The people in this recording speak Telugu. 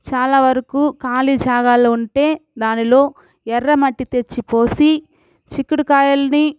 చాలా వరకు కాళీ జాగాలు ఉంటే దానిలో ఎర్రమట్టి తెచ్చి పోసి చిక్కుడు కాయలని